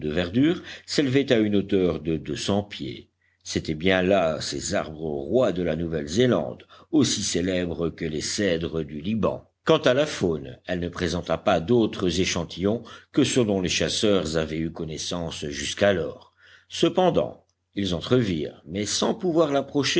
verdure s'élevaient à une hauteur de deux cents pieds c'étaient bien là ces arbres rois de la nouvelle zélande aussi célèbres que les cèdres du liban quant à la faune elle ne présenta pas d'autres échantillons que ceux dont les chasseurs avaient eu connaissance jusqu'alors cependant ils entrevirent mais sans pouvoir l'approcher